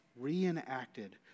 reenacted